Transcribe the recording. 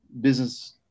business